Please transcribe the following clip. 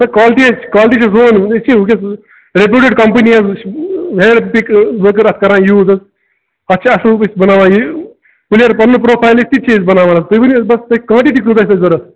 ہے quality حظ quality لٔکٕر اَتھ کَران یوٗز حظ اَتھ چھِ اصٕل پٲٹھۍ بناوان یہِ وَنۍ اگر پنُن پرٛوفایِل آسہِ تِتہِ چھِ أسۍ بناوان حظ تۄہہِ ؤنِو بس کانٹِٹی کٕژاہ چھِ ضوٚرت